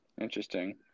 Interesting